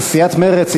סיעת מרצ,